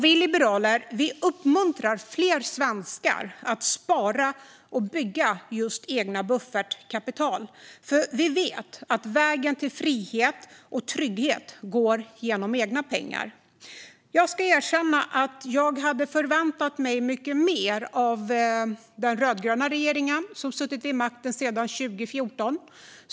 Vi liberaler uppmuntrar fler svenskar att spara och bygga just eget buffertkapital, för vi vet att vägen till frihet och trygghet går genom egna pengar. Jag ska erkänna att jag hade förväntat mig mycket mer av den rödgröna regeringen, som suttit vid makten sedan 2014.